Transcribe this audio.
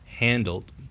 Handled